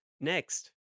Next